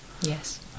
Yes